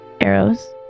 arrows